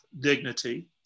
dignity